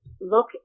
look